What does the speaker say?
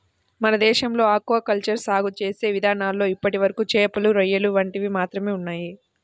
మన దేశంలో aquaculture సాగు చేసే ఇదానాల్లో ఇప్పటివరకు చేపలు, రొయ్యలు వంటివి మాత్రమే ఉన్నయ్